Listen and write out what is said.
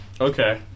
Okay